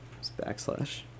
Backslash